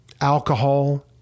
alcohol